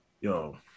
Yo